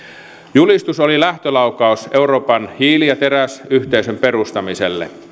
julistus oli lähtölaukaus euroopan hiili ja teräsyhteisön perustamiselle